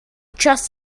trust